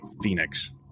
Phoenix